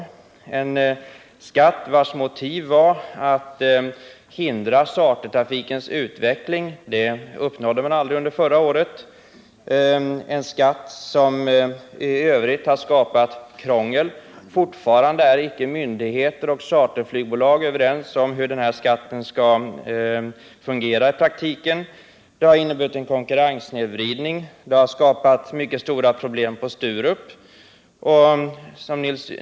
Det är en skatt vars motiv var att hindra chartertrafikens utveckling, men det uppnåddes aldrig under förra året. Det är en skatt som i övrigt har skapat krångel. Myndigheter och charterflygbolag är fortfarande inte överens om hur den skall fungera i praktiken. Skatten har också skapat en konkurrenssnedvridning och mycket stora problem på Sturup.